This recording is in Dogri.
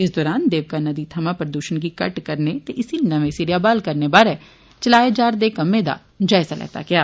इस दौरान देविका नदी थमां प्रदूषण गी घट्ट करने ते इसी नमें सिरेआ ब्हाल करने बारै चलाए जा'रदे कम्मै दा जायजा लैता गेआ